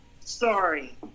sorry